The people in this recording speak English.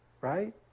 right